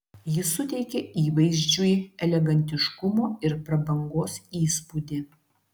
ji suteikia įvaizdžiui elegantiškumo ir prabangos įspūdį